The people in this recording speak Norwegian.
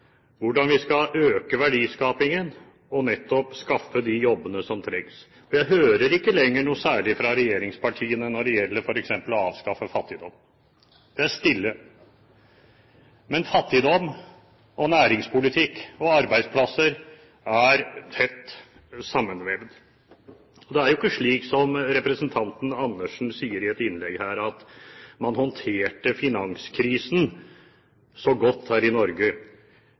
hvordan vi skal øke verdiskapingen og nettopp skaffe de jobbene som trengs. Jeg hører ikke lenger noe særlig fra regjeringspartiene når det f.eks. gjelder å avskaffe fattigdom. Det er stille. Men fattigdom og næringspolitikk og arbeidsplasser er tett sammenvevde. Det er ikke slik som representanten Andersen sier i et innlegg her, at man håndterte finanskrisen så godt her i Norge,